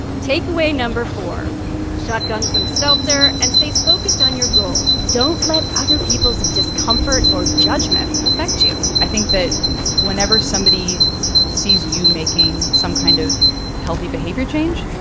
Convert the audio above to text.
takeaway no. four shotgun some seltzer, and stay focused on your goal. don't let other people's discomfort or judgment affect you i think that whenever somebody sees you making some kind of healthy behavior change,